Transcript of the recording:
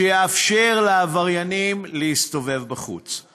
שיאפשר לעבריינים להסתובב בחוץ.